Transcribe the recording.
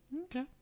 Okay